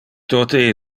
tote